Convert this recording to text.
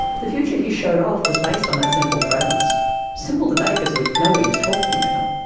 the future he showed off was based on that simple premise simple today because we know what he was talking about.